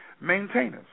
maintainers